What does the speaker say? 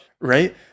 right